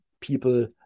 people